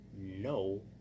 no